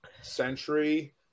century